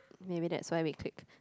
maybe that's why we clicked